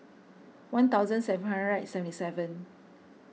one thousand seven hundred and seventy seven